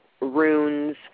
runes